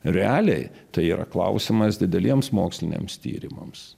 realiai tai yra klausimas dideliems moksliniams tyrimams